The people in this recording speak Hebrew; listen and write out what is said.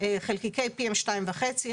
חלקיקי PM2.5,